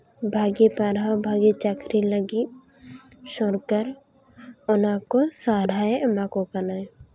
ᱵᱷᱟᱹᱜᱤ ᱯᱟᱲᱦᱟᱣ ᱵᱷᱟᱹᱜᱤ ᱪᱟᱹᱠᱨᱤ ᱞᱟᱹᱜᱤᱫ ᱥᱚᱨᱠᱟᱨ ᱚᱱᱟᱠᱚ ᱥᱟᱨᱦᱟᱣᱮ ᱮᱢᱟᱠᱚ ᱠᱟᱱᱟᱭ